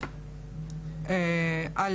על